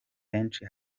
henshi